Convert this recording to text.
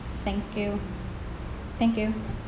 thank you thank you